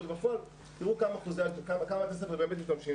ובפועל תראו בכמה כסף באמת משתמשים.